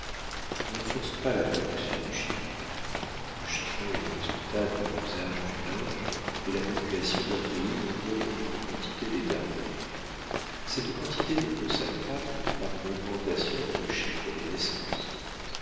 on ne force pas la production du chiffon le chiffon est le résultat de l'usage du linge et la population d'un pays n'en donne qu'une quantité déterminée cette quantité ne peut s'accroître que par une augmentation dans le chiffre des naissances